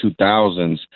2000s